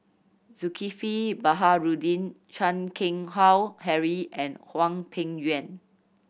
Zulkifli Baharudin Chan Keng Howe Harry and Hwang Peng Yuan